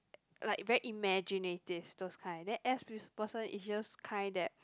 like very imaginative those kind then S person is just kind that